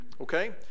Okay